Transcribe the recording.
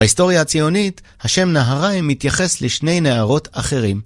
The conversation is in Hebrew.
בהיסטוריה הציונית, השם נהריים מתייחס לשני נהרות אחרים.